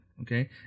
okay